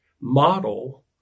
model